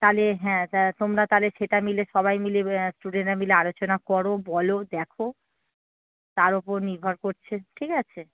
তাহলে হ্যাঁ তা তোমরা তাহলে সেটা মিলে সবাই মিলে স্টুডেন্টরা মিলে আলোচনা করো বলো দেখো তার ওপর নির্ভর করছে ঠিক আছে